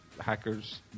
Hackers